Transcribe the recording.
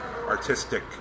artistic